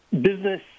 business